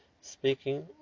speaking